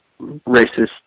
racist